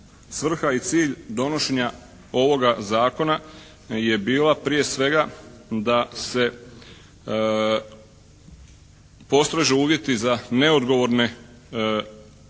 svrha i cilj donošenja ovoga Zakona je bila prije svega da se postrože uvjeti za neodgovorne posjednice